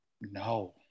No